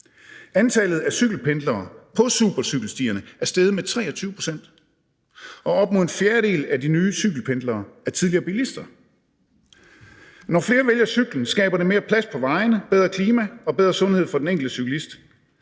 Antallet af cykelpendlere på supercykelstierne er steget med 23 pct., og op imod en fjerdedel at de nye cykelpendlere er tidligere bilister. Når flere vælger cyklen, skaber det mere plads på vejene, bedre klima og bedre sundhed for den enkelte cyklist.